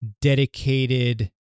dedicated